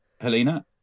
Helena